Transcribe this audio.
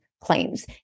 claims